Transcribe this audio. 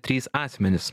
trys asmenys